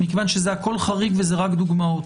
מכיוון שזה הכול חריג וזה רק דוגמאות,